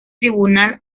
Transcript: tribunal